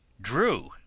drew